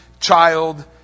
Child